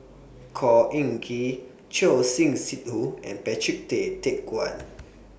Khor Ean Ghee Choor Singh Sidhu and Patrick Tay Teck Guan